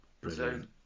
Brilliant